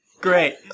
great